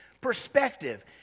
perspective